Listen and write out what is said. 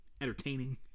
entertaining